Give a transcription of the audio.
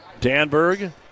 Danberg